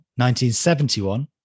1971